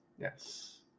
Yes